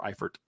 Eifert